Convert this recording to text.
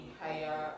higher